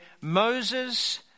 Moses